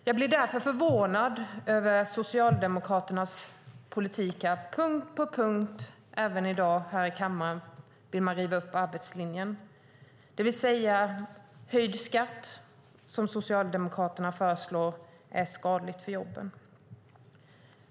Jag blir därför förvånad över Socialdemokraternas politik då man punkt för punkt, även här i kammaren i dag, vill riva upp arbetslinjen. Höjd skatt, som Socialdemokraterna föreslår, är skadligt för jobben.